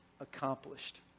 accomplished